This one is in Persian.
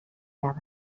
رود